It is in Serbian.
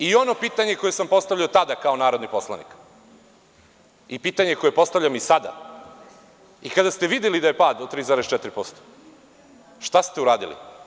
I, ono pitanje koje sam postavljao tada kao narodni poslanik i pitanje koje postavljam i sada - i kada ste videli da je pad od 3,4%, šta ste uradili?